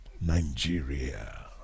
Nigeria